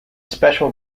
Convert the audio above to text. special